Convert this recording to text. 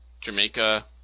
Jamaica